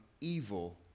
evil